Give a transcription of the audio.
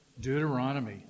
Deuteronomy